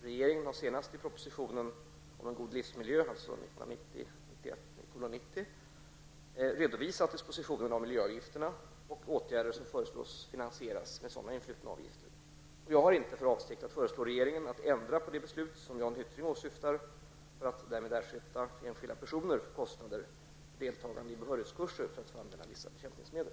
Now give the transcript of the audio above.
Regeringen har senast i propositionen om en god livsmiljö redovisat dispositionen av miljöavgifterna och åtgärder som föreslås finansieras med sådana influtna avgifter. Jag har inte för avsikt att föreslå regeringen att ändra det beslut som Jan Hyttring åsyftar och därmed ersätta enskilda personer för kostnader för deltagande i behörighetskurser för att få använda vissa bekämpningsmedel.